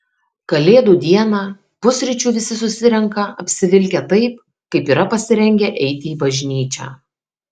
kalėdų dieną pusryčių visi susirenka apsivilkę taip kaip yra pasirengę eiti į bažnyčią